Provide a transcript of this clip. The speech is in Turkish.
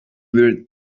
bir